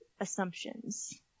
assumptions